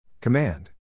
Command